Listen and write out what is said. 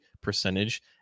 percentage